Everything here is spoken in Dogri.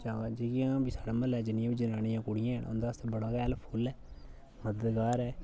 जां जियां बी साढ़े म्हल्ले जिन्नियां बी जनानिया कुड़ियां हैन उं'दे आस्तै बड़ा गै हेल्पफुल ऐ मददगार ऐ